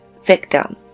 victim